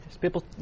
People